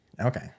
Okay